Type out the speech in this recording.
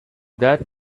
that